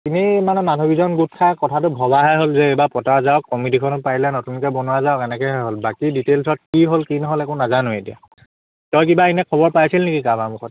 এনেই মানে মানুহকেইজন গোট খাই কথাটো ভবাহে হ'ল যে এইবাৰ পতা যাওক কমিটিখনো পাৰিলে নতুনকৈ বনোৱা যাওক এনেকৈহে হ'ল বাকী ডিটেইলছত কি হ'ল নহ'ল একো নাজানোৱে এতিয়া তই কিবা এনেই খবৰ পাইছিলি নেকি কাৰোবাৰ মুখত